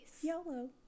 yellow